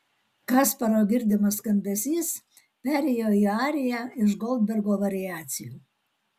kasparo girdimas skambesys perėjo į ariją iš goldbergo variacijų